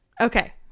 okay